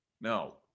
no